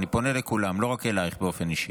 אני פונה לכולם, לא רק אלייך באופן אישי.